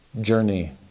journey